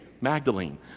Magdalene